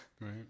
Right